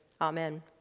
amen